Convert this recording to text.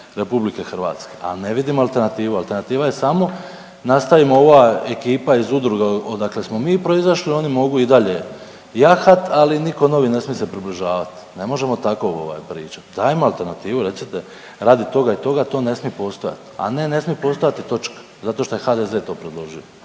Republike Hrvatske, a ne vidim alternativu. Alternativa je samo nastavimo ova ekipa iz udruge odakle smo mi proizašli oni mogu i dalje jahati, ali nitko novi ne smije se približavati. Ne možemo tako pričati. Dajmo alternativu, recite radi toga i toga to ne smije postojati, a ne smije postojati i točka zato što je HDZ to predložio.